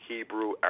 Hebrew